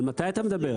על מתי אתה מדבר?